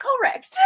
Correct